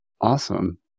awesome